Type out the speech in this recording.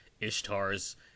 Ishtar's